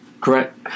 correct